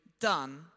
done